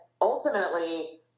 ultimately